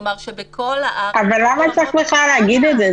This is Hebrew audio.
כלומר שבכל הארץ --- למה צריך בכלל להגיד את זה?